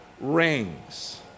rings